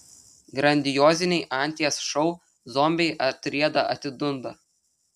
grandioziniai anties šou zombiai atrieda atidunda